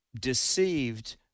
deceived